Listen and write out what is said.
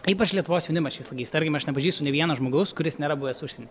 ypač lietuvos jaunimas šiais laikais tarkim aš nepažįstu nė vieno žmogaus kuris nėra buvęs užsieny